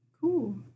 Cool